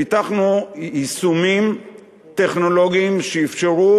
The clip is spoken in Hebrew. פיתחנו יישומים טכנולוגיים שאפשרו